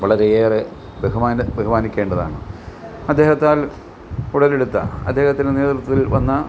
വളരെയേറെ ബഹുമാനം ബഹുമാനിക്കേണ്ടതാണ് അദ്ദേഹത്താൽ ഉടലെടുത്ത അദ്ദേഹത്തിൻ്റെ നേതൃത്വത്തിൽ വന്ന